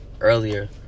earlier